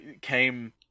came